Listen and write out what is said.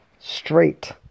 straight